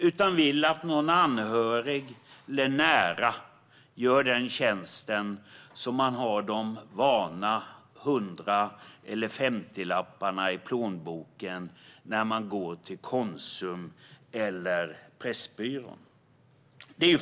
Kanske vill man att någon anhörig eller närstående gör denna tjänst så att man har de välbekanta hundra eller femtiolapparna i plånboken när man går till Konsum eller Pressbyrån.